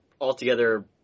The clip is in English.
altogether